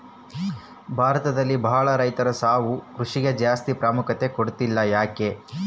ಭಾರತದಲ್ಲಿ ಬಹಳ ರೈತರು ಸಾವಯವ ಕೃಷಿಗೆ ಜಾಸ್ತಿ ಪ್ರಾಮುಖ್ಯತೆ ಕೊಡ್ತಿಲ್ಲ ಯಾಕೆ?